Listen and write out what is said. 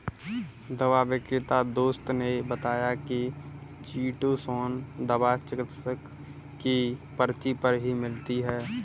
दवा विक्रेता दोस्त ने बताया की चीटोसोंन दवा चिकित्सक की पर्ची पर ही मिलती है